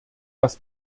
dass